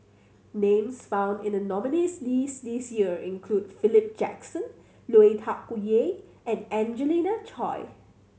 names found in the nominees' list this year include Philip Jackson Lui Tuck Yew and Angelina Choy